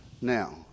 Now